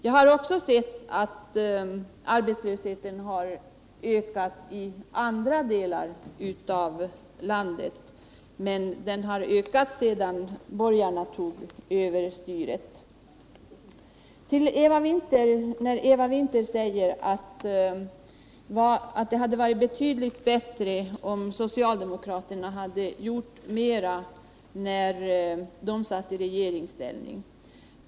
Jag har också sett att arbetslösheten har ökat i andra delar av landet, men den har ökat sedan borgarna tog över styret. Eva Winther säger att det hade varit betydligt bättre om socialdemokraterna hade gjort mera när de satt i regeringsställning.